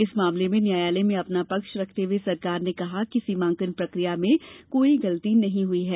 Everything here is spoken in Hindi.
इस मामले में न्यायालय में अपना पक्ष रखते हुए सरकार ने कहा कि सीमांकन प्रकिया में कोई गलती नहीं हुई है